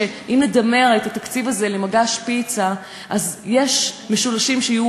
שאם נדמה אותו למגש פיצה אז יש משולשים שיהיו